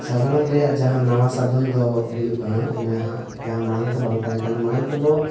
ᱥᱟᱸᱜᱟᱲᱚᱢ ᱨᱮᱭᱟᱜ ᱡᱟᱦᱟᱸ ᱱᱟᱣᱟ ᱥᱟᱫᱷᱚᱱ ᱫᱚ ᱦᱩᱭᱩᱜ ᱠᱟᱱᱟ ᱱᱟᱦᱟᱜ ᱡᱟᱦᱟᱸ ᱢᱟᱲᱟᱝᱛᱮ ᱵᱟᱝ ᱛᱟᱦᱮᱸ ᱠᱟᱱᱟ ᱢᱟᱲᱟᱝ ᱛᱮᱫᱚ